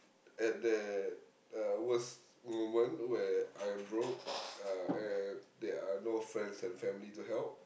at that uh worst moment where I broke uh and there are no friends and family to help